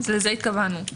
לזה התכוונו.